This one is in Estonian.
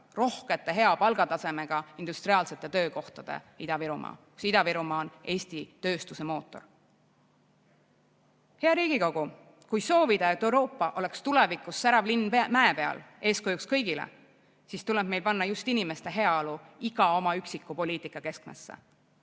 rohkete hea palgatasemega industriaalsete töökohtade Ida-Virumaa, mis on Eesti tööstuse mootor. Hea Riigikogu! Kui soovida, et Euroopa oleks tulevikus särav linn mäe peal, eeskujuks kõigile, siis tuleb meil panna just inimeste heaolu meie iga üksiku poliitika keskmesse.